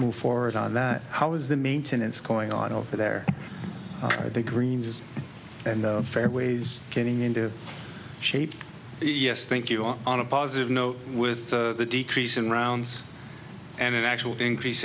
move forward on that how is the maintenance going on over there or the greens and fairways getting into shape yes think you are on a positive note with the decrease in rounds and actual increase